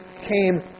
came